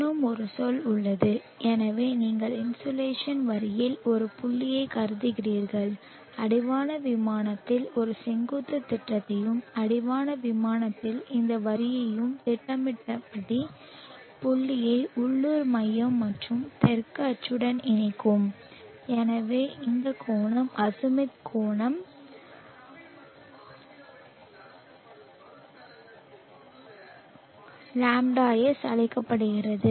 இன்னும் ஒரு சொல் உள்ளது எனவே நீங்கள் இன்சோலேஷன் வரியில் ஒரு புள்ளியைக் கருதுகிறீர்கள் அடிவான விமானத்தில் ஒரு செங்குத்துத் திட்டத்தையும் அடிவான விமானத்தில் இந்த வரியையும் திட்டமிடப்பட்ட புள்ளியை உள்ளூர் மையம் மற்றும் தெற்கு அச்சுடன் இணைக்கும் எனவே இந்த கோணம் அஜிமுத் கோணம் γS அழைக்கப்படுகிறது